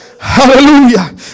Hallelujah